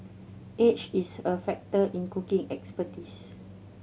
age is a factor in cooking expertise